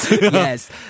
Yes